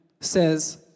says